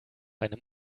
einem